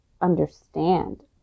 understand